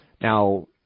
Now